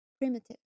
primitive